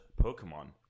Pokemon